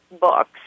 books